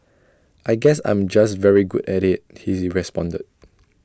I guess I'm just very good at IT he is responded